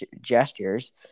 gestures